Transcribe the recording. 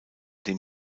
dem